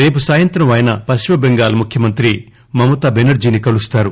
రేపు సాయంత్రం ఆయన పశ్చిమటెంగాల్ ముఖ్యమంత్రి మమతా బెనర్దీని కలుస్తారు